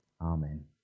Amen